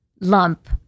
lump